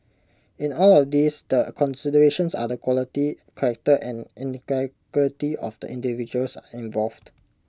in all of these the considerations are the quality character and of the individuals involved